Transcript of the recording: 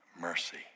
mercy